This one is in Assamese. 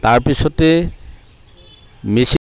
তাৰপিছতে মেচিং